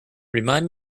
remind